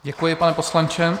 Děkuji, pane poslanče.